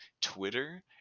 twitter